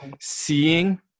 seeing